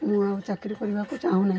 ମୁଁ ଆଉ ଚାକିରି କରିବାକୁ ଚାହୁଁନାହିଁ